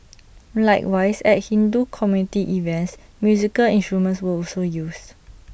likewise at Hindu community events musical instruments were also used